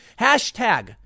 Hashtag